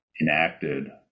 enacted